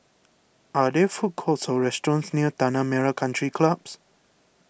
are there food courts or restaurants near Tanah Merah Country Clubs